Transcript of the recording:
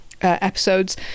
episodes